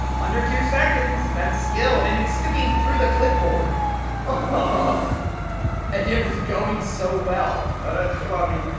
under two seconds! that's skill and it's sticking through the clipboard ah and it was going so well don't well i mean